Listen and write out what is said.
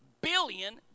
billion